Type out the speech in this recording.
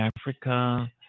Africa